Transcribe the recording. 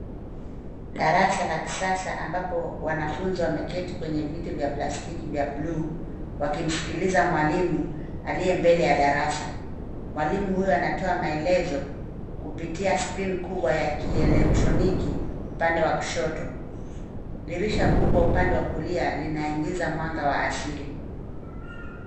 Darasa la kisasa ambapo wanafuzi wameketi kwenye viti vya plastiki vya buluu wakimsikiliza mwalimu aliye mbele ya darasa. Mwalimu huyo anatoa maelezo kupitia skrini kubwa ya kilelectroniki upande wa kushoto. Dirisha kubwa upande wa kulia linaingiza mwanga wa asili.